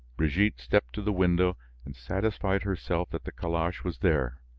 brigitte stepped to the window and satisfied herself that the calash was there.